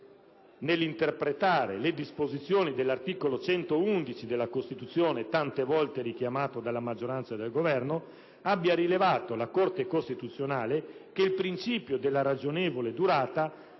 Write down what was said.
nell'interpretare le disposizioni dell'articolo 111 della Costituzione, tante volte richiamato dalla maggioranza e dal Governo, ha rilevato che il principio della ragionevole durata